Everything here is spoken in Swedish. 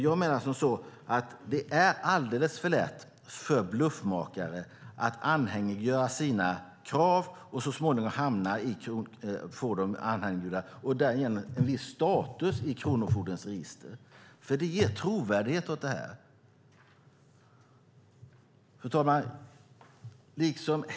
Jag menar att det är alldeles för lätt för bluffmakare att anhängiggöra sina krav och därigenom få en viss status i kronofogdens register, vilket ger trovärdighet åt det här. Fru talman!